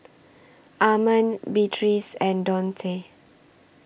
Armond Beatriz and Donte